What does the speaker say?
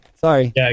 Sorry